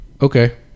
Okay